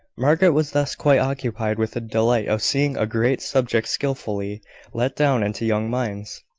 margaret was thus quite occupied with the delight of seeing a great subject skilfully let down into young minds,